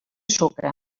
sucre